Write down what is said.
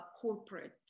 corporate